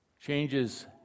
changes